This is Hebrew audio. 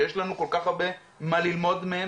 שיש לנו כל כך הרבה מה ללמוד מהם,